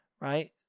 right